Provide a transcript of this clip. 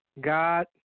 God